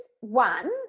one